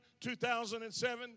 2007